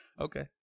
okay